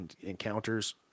encounters